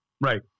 Right